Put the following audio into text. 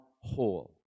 whole